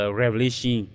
revelation